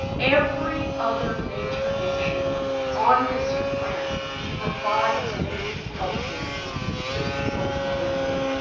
every other major nation on this planet provides basic healthcare to the people who live there.